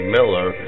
Miller